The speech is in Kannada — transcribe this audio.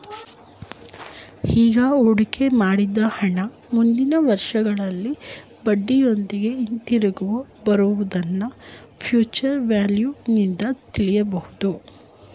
ಈಗ ಹೂಡಿಕೆ ಮಾಡಿದ ಹಣ ಮುಂದಿನ ವರ್ಷಗಳಲ್ಲಿ ಬಡ್ಡಿಯೊಂದಿಗೆ ಹಿಂದಿರುಗಿ ಬರುವುದನ್ನ ಫ್ಯೂಚರ್ ವ್ಯಾಲ್ಯೂ ನಿಂದು ತಿಳಿಯಬಹುದು